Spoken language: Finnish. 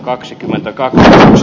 kaksikymmentä katos